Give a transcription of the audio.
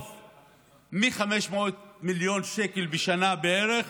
מ-500 מיליון שקל בשנה בערך